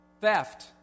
theft